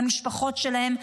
למשפחות שלהם,